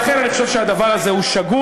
ולכן אני חושב שהדבר הזה הוא שגוי,